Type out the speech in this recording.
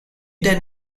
der